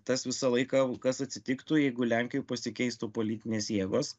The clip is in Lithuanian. tas visą laiką kas atsitiktų jeigu lenkijoj pasikeistų politinės jėgos